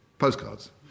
postcards